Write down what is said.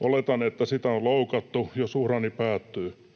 Oletan, että sitä on loukattu, jos urani päättyy.